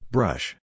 Brush